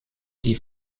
die